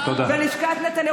בלשכת נתניהו,